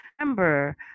Remember